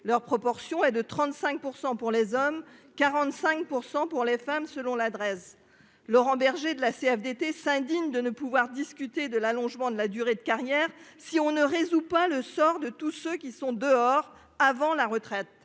leur proportion est de 35% pour les hommes, 45% pour les femmes, selon l'adresse Laurent Berger de la CFDT s'indigne de ne pouvoir discuter de l'allongement de la durée de carrière si on ne résout pas le sort de tous ceux qui sont dehors avant la retraite